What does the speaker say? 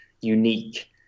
unique